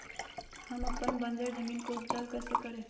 हम अपन बंजर जमीन को उपजाउ कैसे करे?